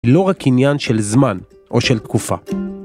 לא רק עניין של זמן או של תקופה.